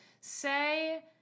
say